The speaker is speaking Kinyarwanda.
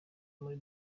muri